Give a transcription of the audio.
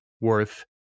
worth